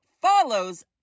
follows